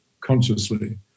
consciously